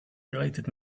related